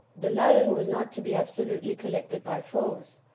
the loan was not to be absolutely collected by force,